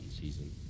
season